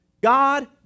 God